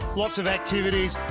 lots of activities,